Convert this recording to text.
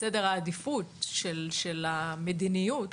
בסדר העדיפות של המדיניות,